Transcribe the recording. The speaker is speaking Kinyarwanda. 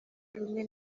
rumwe